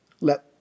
Let